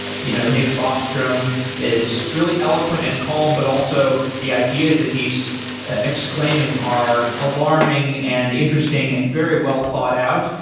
you know nick bostrom is really eloquent and calm, but also the ideas that he's exclaiming are alarming and interesting and very well thought out.